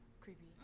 creepy